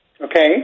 Okay